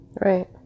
Right